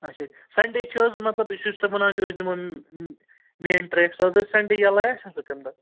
اچھا سنٛڈے چھِ حظ مطلب یُس یُس تُہۍ ونان چھِو أسۍ دِمو مین ٹرٛیک یُس حظ آسہِ سنٛڈے یَلے آسہِ تَمہِ دۄہ